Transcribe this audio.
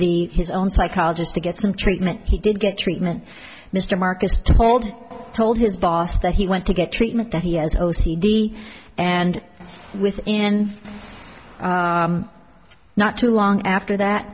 the his own psychologist to get some treatment he did get treatment mr marcus told told his boss that he went to get treatment that he has o c d and within not too long after that